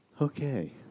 Okay